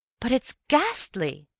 but it's ghastly!